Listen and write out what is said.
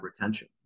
retention